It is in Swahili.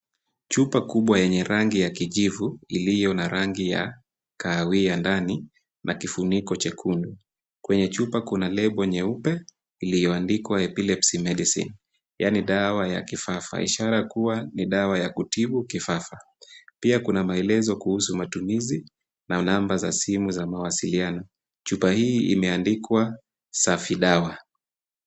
Chupa kubwa yenye rangi ya kijivu iliyo na rangi ya kahawia ndani na kifuniko chekundu. Kwenye chupa kuna lebo nyeupe iliyo andikwa epilepsy Melisy yaani dawa ya kisasa. Inaonekana ni dawa ya kutibu kifafa. Pia kuna maelezo kuhusu matumizi na namba za simu za mawasiliano. Chupa hii imeandikwa safi dawa.